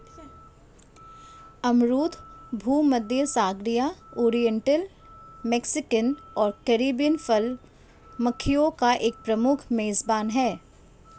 अमरूद भूमध्यसागरीय, oriental, Mexican और कैरिबियन फल मक्खियों का एक प्रमुख मेजबान है